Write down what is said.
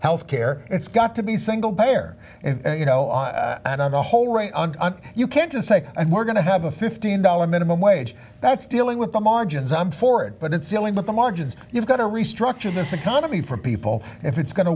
health care it's got to be single bare and you know on the whole right you can't just say and we're going to have a fifteen dollars minimum wage that's dealing with the margins i'm for it but it's dealing with the margins you've got to restructure this economy for people if it's going to